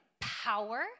power